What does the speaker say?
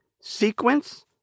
sequence